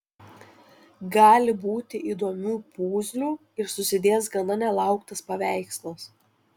gali būti įdomių puzlių ir susidės gana nelauktas paveikslas